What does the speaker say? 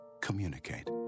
Communicate